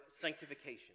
sanctification